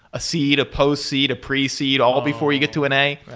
a seed, a post-seed, a pre-seed all before you get to an a.